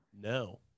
no